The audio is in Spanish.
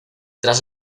tras